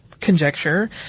Conjecture